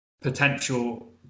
potential